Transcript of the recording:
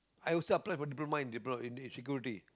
I also applied for Diploma in thi~ in Security